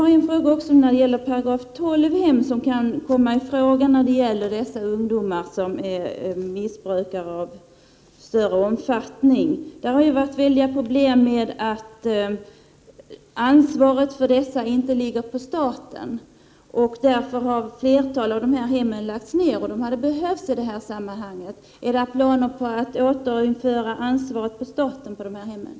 23 Jag har också en fråga om s.k. § 12-hem för ungdomar med missbruk av större omfattning. Det förhållandet att det inte är staten som har ansvaret för dessa hem har varit ett stort problem. Därför har också ett flertal av dessa hem lagts ned, trots att de hade behövts i detta sammanhang. Finns det planer på att återföra ansvaret för dessa hem till staten?